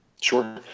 Sure